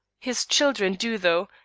his children do though,